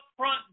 upfront